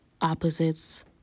opposites